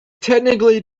technically